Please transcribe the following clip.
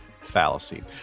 fallacy